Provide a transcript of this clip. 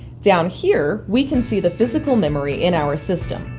down here we can see the physical memory in our system,